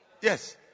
yes